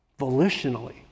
volitionally